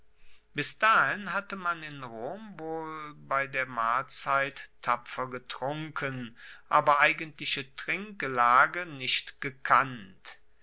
bis dahin hatte man in rom wohl bei der mahlzeit tapfer getrunken aber eigentliche trinkgelage nicht gekannt